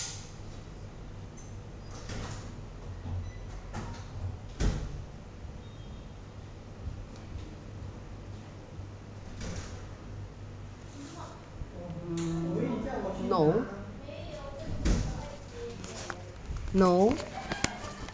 no no